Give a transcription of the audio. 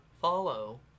follow